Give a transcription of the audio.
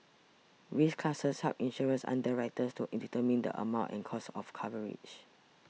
risk classes help insurance underwriters to determine the amount and cost of coverage